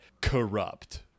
corrupt